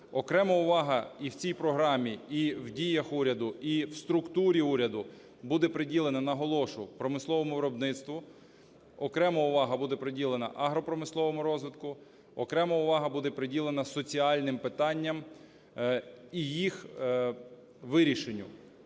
Окрема увага і в цій програмі, і в діях уряду, і в структурі уряду буде приділена, наголошу, промисловому виробництву. Окрема увага буде приділена агропромисловому розвитку. Окрема увага буде приділена соціальним питанням і їх вирішенню.